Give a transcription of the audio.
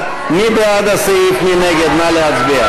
על 55 נצביע בהמשך?